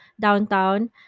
downtown